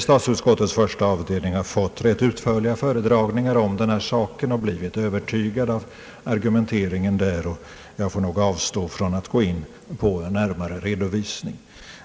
Statsutskottets första avdelning har fått rätt utförliga föredrag ningar om detta, och vi har blivit övertygad av argumenteringen. Jag avstår därför från att gå in på en närmare redovisning i kammaren.